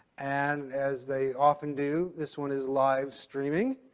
and as they often do, this one is live streaming,